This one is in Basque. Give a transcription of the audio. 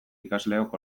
ikasleok